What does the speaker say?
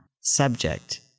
subject